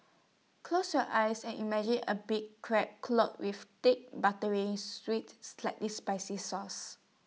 close your eyes and imagine A big Crab clotted with thick buttery sweet slightly spicy sauce